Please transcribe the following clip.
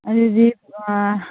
ꯑꯗꯨꯗꯤ